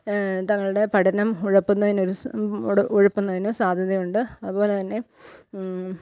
തങ്ങളുടെ പഠനം ഉഴപ്പുന്നതിന് ഒരു സു ഉട ഉഴപ്പുന്നതിന് സാധ്യതയുണ്ട് അതുപോലെ തന്നെ